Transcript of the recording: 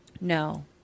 no